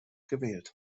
gewählt